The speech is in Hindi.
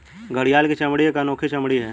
घड़ियाल की चमड़ी एक अनोखी चमड़ी है